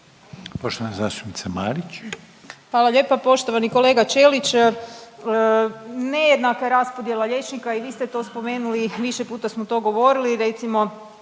**Marić, Andreja (SDP)** Hvala lijepa. Poštovani kolega Ćelić, nejednaka je raspodjela liječnika i vi ste to spomenuli, više puta smo to govorili, recimo